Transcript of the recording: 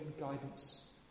guidance